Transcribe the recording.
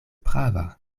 prava